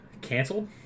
canceled